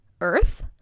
Earth